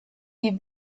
die